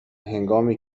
هنگامی